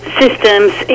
systems